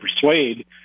persuade